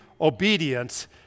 obedience